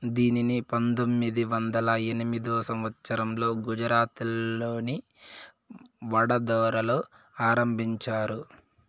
దీనిని పంతొమ్మిది వందల ఎనిమిదో సంవచ్చరంలో గుజరాత్లోని వడోదరలో ఆరంభించారు